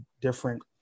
different